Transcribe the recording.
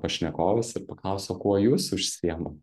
pašnekovas ir paklaus o kuo jūs užsiema